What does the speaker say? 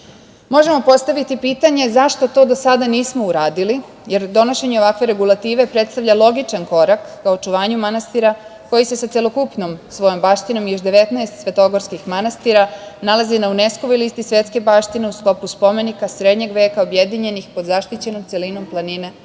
postaviti pitanje zašto to do sada nismo uradili, jer donošenje ovakve regulative predstavlja logičan korak ka očuvanju manastira, koji se sa celokupnom svojom baštinom i još 19 svetogorskih manastira nalazi na UNESKO listi svetske baštine u sklopu spomenika srednjeg veka, objedinjenih pod zaštićenom celinom planine Atos. Zakon